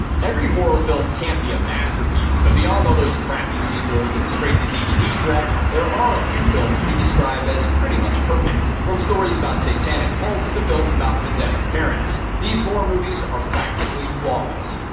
every horror film can't be a masterpiece, but beyond all those crappy sequels and the straight-to-dvd dreck, there are a few films we'd describe as pretty much perfect. from stories about satanic cults to films about possessed parents, these horror movies are practically flawless.